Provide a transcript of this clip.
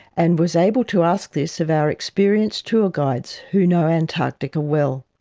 and was able to ask this of our experienced tour guides who know antarctica well.